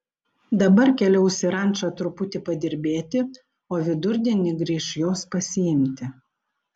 dabar keliaus į rančą truputį padirbėti o vidurdienį grįš jos pasiimti